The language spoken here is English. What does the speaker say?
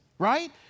right